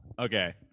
Okay